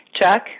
Chuck